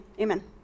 Amen